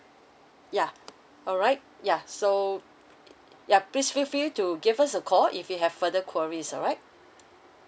yea alright yeah so yeah please feel free to give us a call if you have further queries alright